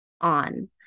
on